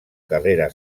carrera